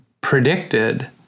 predicted